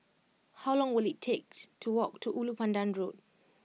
how long will it take to walk to Ulu Pandan Road